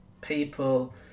people